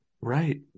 right